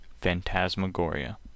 Phantasmagoria